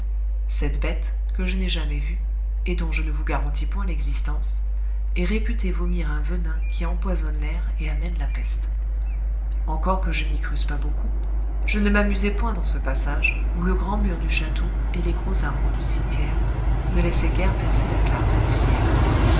cette bête que je n'ai jamais vue et dont je ne vous garantis point l'existence est réputée vomir un venin qui empoisonne l'air et amène la peste encore que je n'y crusse pas beaucoup je ne m'amusai point dans ce passage où le grand mur du château et les gros arbres du cimetière ne laissaient guère percer la clarté du ciel